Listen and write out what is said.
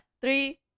Three